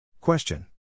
question